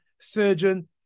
surgeon